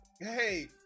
hey